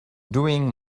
doing